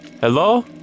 hello